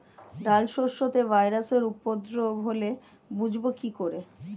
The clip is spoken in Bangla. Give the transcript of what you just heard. ডাল শস্যতে ভাইরাসের উপদ্রব হলে বুঝবো কি করে?